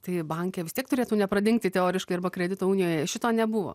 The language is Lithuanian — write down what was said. tai banke vis tiek turėtų nepradingti teoriškai arba kredito unijoje šito nebuvo